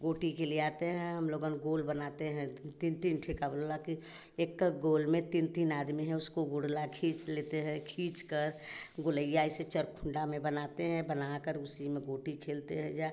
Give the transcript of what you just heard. गोटी के लाते हैं हम लोग गोल बनाते हैं तीन तीन ठी का बोला ला कि एक एक गोल में तीन तीन आदमी हैं उसको गुड़ ला खींच लेते हैं खींचकर गोलई एसे चर खुन्डा में बनाते हैं बनाकर उसी में गोटी खेलते हैं जा